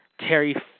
Terry